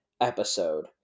episode